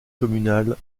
communales